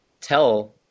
Tell